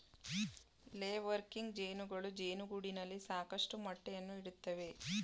ಲೇ ವರ್ಕಿಂಗ್ ಜೇನುಗಳು ಜೇನುಗೂಡಿನಲ್ಲಿ ಸಾಕಷ್ಟು ಮೊಟ್ಟೆಯನ್ನು ಇಡುತ್ತವೆ